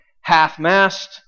half-mast